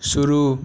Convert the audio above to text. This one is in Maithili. शुरू